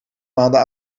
maanden